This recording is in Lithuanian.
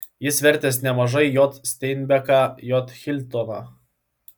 jis vertęs nemažai j steinbeką j hiltoną